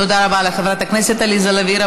תודה רבה לחברת הכנסת עליזה לביא.